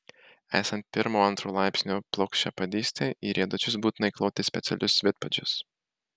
esant pirmo antro laipsnio plokščiapėdystei į riedučius būtina įkloti specialius vidpadžius